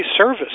service